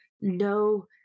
no